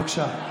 בבקשה.